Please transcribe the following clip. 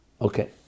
Okay